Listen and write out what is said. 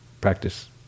practice